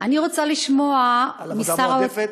אני רוצה לשמוע משר, על עבודה מועדפת?